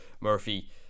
murphy